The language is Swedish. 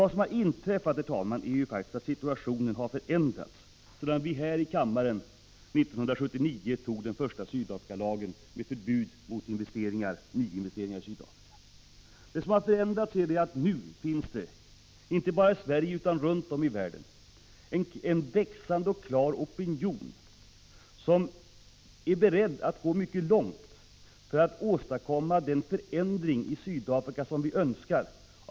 Situationen har faktiskt förändrats sedan vi här i kammaren 1979 antog den första Sydafrikalagen med förbud mot nyinvesteringar i Sydafrika. Det som har inträffat är att det i dag, inte bara i Sverige utan också runtom i världen, finns en växande och klar opinion som är beredd att gå mycket långt för att åstadkomma den förändring i Sydafrika som vi önskar.